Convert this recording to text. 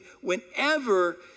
whenever